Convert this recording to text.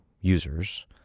users